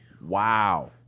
Wow